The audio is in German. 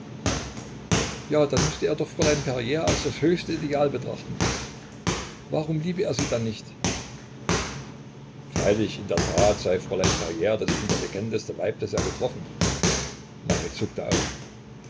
ja dann müßte er doch fräulein perier als das höchste ideal betrachten warum liebe er sie dann nicht freilich in der tat sei fräulein perier das intelligenteste weib das er getroffen marit zuckte auf